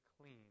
clean